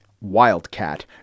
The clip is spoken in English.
Wildcat